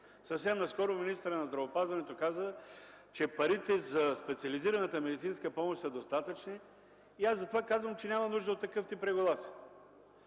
Съвсем наскоро министърът на здравеопазването каза, че парите за специализираната медицинска помощ са достатъчни и аз затова казвам, че няма нужда от такъв тип регулация.